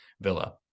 Villa